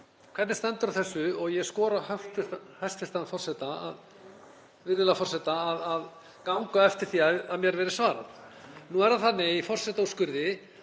Hvernig stendur á þessu? Ég skora á virðulegan forseta að ganga eftir því að mér verði svarað. Nú er það þannig í forsetaúrskurði